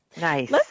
Nice